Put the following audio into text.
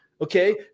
Okay